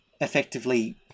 effectively